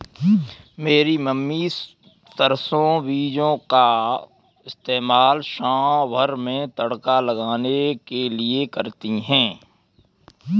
मेरी मम्मी सरसों बीजों का इस्तेमाल सांभर में तड़का लगाने के लिए करती है